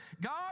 God